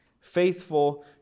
Faithful